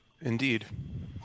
Indeed